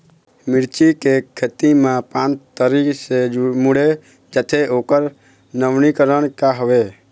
मिर्ची के खेती मा पान तरी से मुड़े जाथे ओकर नवीनीकरण का हवे?